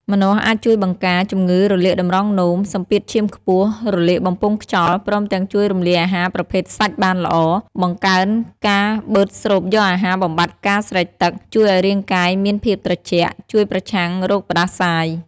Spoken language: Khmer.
ម្នាស់ អាចជួយបង្ការ ជំងឺរលាកតម្រងនោម សម្ពាធឈាមខ្ពស់ រលាកបំពង់ខ្យល់ ព្រមទាំងជួយរំលាយអាហារប្រភេទសាច់បានល្អ បង្កើនការបឺតស្រូបយកអាហារបំបាត់ការស្រេកទឹក ជួយអោយរាងកាយមានភាពត្រជាក់ ជួយប្រឆាំងរោគផ្តាសាយ ។